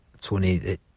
Tony